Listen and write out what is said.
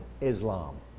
Islam